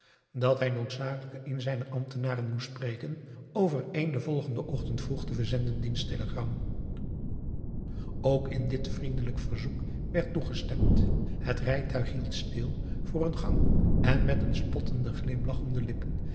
dat hij noodzakelijk een zijner ambtenaren moest spreken over een den volgenden ochtend vroeg te verzenden diensttelegram ook in dit vriendelijk verzoek werd toegestemd het rijtuig hield stil voor een gang en met een spottenden glimlach om de lippen